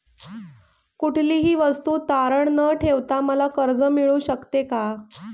कुठलीही वस्तू तारण न ठेवता मला कर्ज मिळू शकते का?